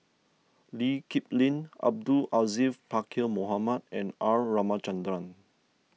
Lee Kip Lin Abdul Aziz Pakkeer Mohamed and R Ramachandran